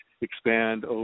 expand